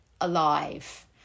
alive